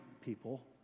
people